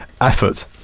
effort